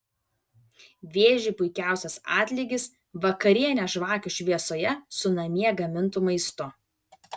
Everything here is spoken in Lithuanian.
vėžiui puikiausias atlygis vakarienė žvakių šviesoje su namie gamintu maistu